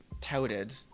touted